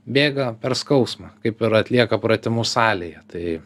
bėga per skausmą kaip ir atlieka pratimus salėje tai